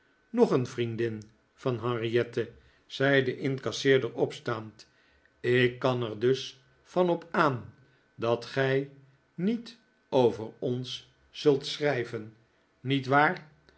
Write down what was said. nog een vriendin van henriette zei de incasseerder opstaand ik kan er dus van op aan dat gij niet over ons zult schrijven niet waar